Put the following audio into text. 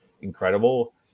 incredible